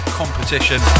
competition